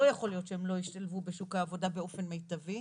לא יכול להיות שהם לא ישתלבו בשוק העבודה באופן מיטבי.